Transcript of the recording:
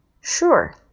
Sure